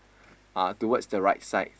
uh towards the right side